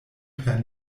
per